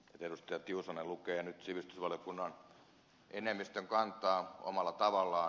tiusanen lukee nyt sivistysvaliokunnan enemmistön kantaa omalla tavallaan